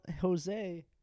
Jose